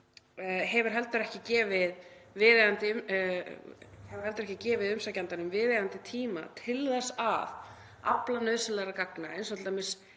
hefur heldur ekki gefið umsækjandanum viðeigandi tíma til að afla nauðsynlegra gagna, eins og t.d.